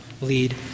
lead